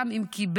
גם אם קיבל